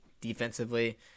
defensively